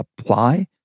apply